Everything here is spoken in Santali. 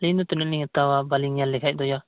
ᱟᱞᱤᱧ ᱦᱚᱸ ᱛᱤᱱᱟᱹᱜ ᱞᱤᱧ ᱦᱟᱛᱟᱣᱟ ᱵᱟᱞᱤᱧ ᱧᱮᱞ ᱞᱮᱠᱷᱟᱡ ᱫᱚ